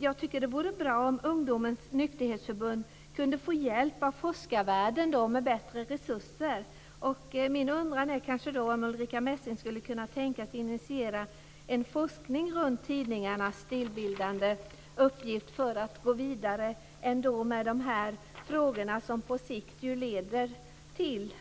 Jag tycker att det vore bra om ungdomens nykterhetsförbund kunde få hjälp av forskarvärlden med bättre resurser. Min undran är om Ulrica Messing skulle kunna tänka sig att initiera en forskning runt tidningarnas stilbildande uppgift för att gå vidare med dessa frågor. De leder på sikt till